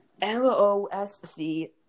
L-O-S-C